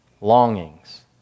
longings